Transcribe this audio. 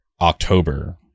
october